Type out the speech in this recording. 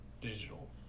digital